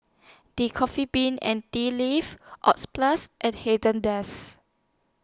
The Coffee Bean and Tea Leaf Oxyplus and Haagen Dazs